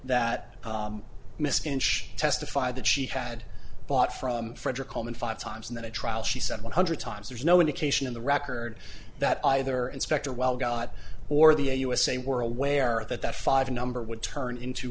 inch testified that she had bought from frederick home and five times in that trial she said one hundred times there's no indication in the record that either inspector well god or the a u s a were aware that that five number would turn into